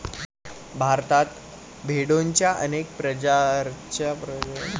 भारतात भेडोंच्या अनेक प्रकारच्या जाती आढळतात